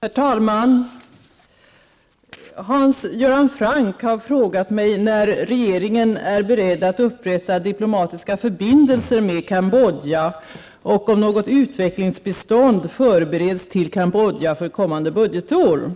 Herr talman! Hans Göran Franck har frågat mig när regeringen är beredd att upprätta diplomatiska förbindelser med Cambodja och om något utvecklingsbistånd förbereds till Cambodja för kommande budgetår.